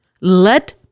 Let